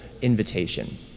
invitation